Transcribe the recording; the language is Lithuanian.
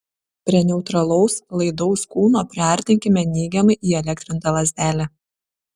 prie neutralaus laidaus kūno priartinkime neigiamai įelektrintą lazdelę